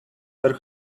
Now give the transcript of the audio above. are